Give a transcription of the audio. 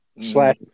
Slash